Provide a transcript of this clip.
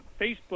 Facebook